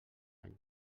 any